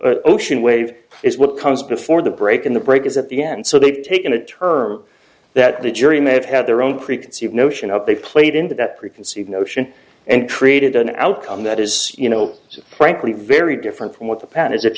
a ocean wave is what comes before the break in the break is at the end so they've taken a term that the jury may have had their own preconceived notion of they played into that preconceived notion and created an outcome that is you know frankly very different from what the plan is if